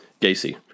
Gacy